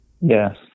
Yes